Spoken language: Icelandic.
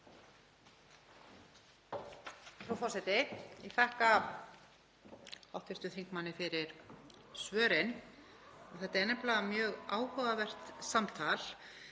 Frú forseti. Ég þakka hv. þingmanni fyrir svörin. Þetta er nefnilega mjög áhugavert samtal.